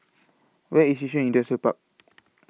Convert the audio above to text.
Where IS Yishun Industrial Park